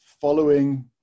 following